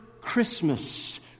Christmas